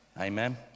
Amen